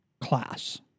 class